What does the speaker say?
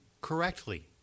correctly